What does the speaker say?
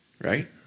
right